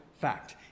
fact